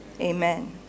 amen